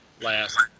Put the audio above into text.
last